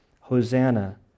Hosanna